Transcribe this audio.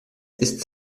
ist